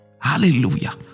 Hallelujah